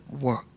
work